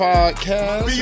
Podcast